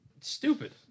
stupid